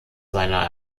seiner